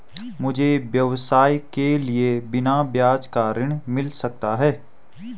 मुझे व्यवसाय के लिए बिना ब्याज का ऋण मिल सकता है?